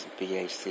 BAC